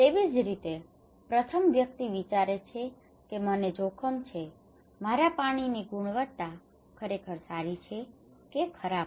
તેવી જ રીતે પ્રથમ વ્યક્તિ વિચારે છે કે મને જોખમ છે મારા પાણીની ગુણવત્તા ખરેખર સારી છે કે ખરાબ